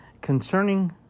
concerning